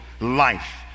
life